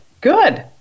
good